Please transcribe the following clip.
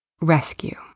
rescue